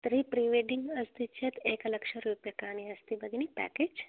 तर्हि प्रिवेड्डिङ्ग् अस्ति चेत् एकलक्षरूप्यकाणि अस्ति भवगिनी प्याकेज्